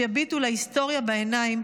שיביטו להיסטוריה בעיניים,